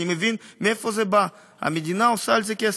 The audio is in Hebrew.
אני מבין מאיפה זה בא: המדינה עושה על זה כסף.